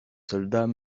soldats